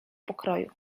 pokroju